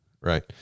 right